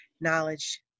knowledge